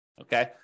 Okay